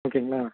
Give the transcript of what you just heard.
ஓகேங்களா